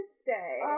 stay